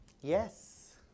Yes